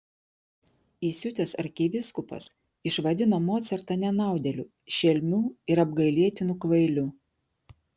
įsiutęs arkivyskupas išvadino mocartą nenaudėliu šelmiu ir apgailėtinu kvailiu